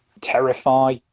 terrify